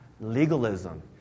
legalism